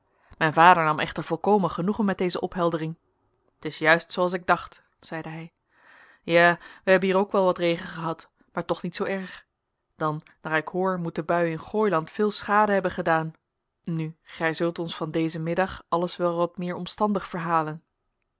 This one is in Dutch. mijn vader nam echter volkomen genoegen met deze opheldering t is juist zooals ik dacht zeide hij ja wij hebben hier ook wel wat regen gehad maar toch niet zoo erg dan naar ik hoor moet de bui in gooiland veel schade hebben gedaan nu gij zult ons van dezen middag alles wel wat meer omstandig verhalen